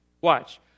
Watch